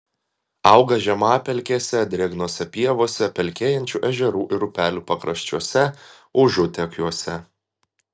auga žemapelkėse drėgnose pievose pelkėjančių ežerų ir upelių pakraščiuose užutekiuose